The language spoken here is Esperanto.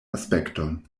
aspekton